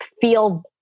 feel